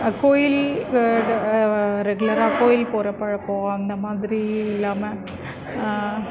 கோவில் ரெகுலராக கோவில் போகிற பழக்கம் அந்த மாதிரி இல்லாமல்